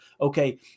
okay